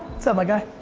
sup my guy?